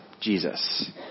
Jesus